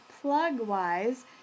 plug-wise